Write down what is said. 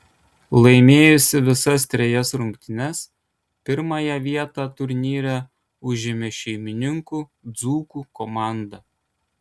laimėjusi visas trejas rungtynes pirmąją vietą turnyre užėmė šeimininkų dzūkų komanda